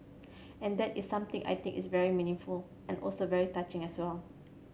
and that is something I think is very meaningful and also very touching as well